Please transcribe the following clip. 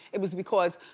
it was because